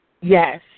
Yes